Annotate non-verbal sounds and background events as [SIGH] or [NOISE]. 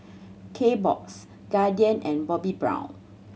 [NOISE] Kbox Guardian and Bobbi Brown